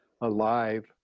alive